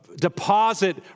deposit